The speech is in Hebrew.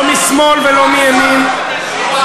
לא משמאל ולא מימין,